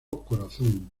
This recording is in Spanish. corazón